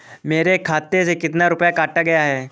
मेरे खाते से कितना रुपया काटा गया है?